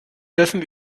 dürfen